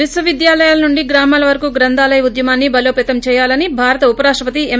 విశ్వవిద్యాలయాల నుండి గ్రామాలవరకు గ్రంధాలయ ఉద్యమాన్ని బలోపేతం చేయాలని భారత ఉపరాష్ణపతి ఎం